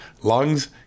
lungs